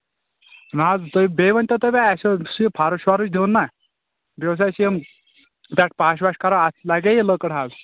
نہ حظ توٚے بیٚیہِ ؤنۍتَو مےٚ تُہۍ اَسہِ اوس یہِ فَرٕش وَرٕش دیُن نا بیٚیہِ اوس اَسہِ یِم تتھ پَش وَش خراب اتھ لگیٛاہ یہِ لٔکٕر حظ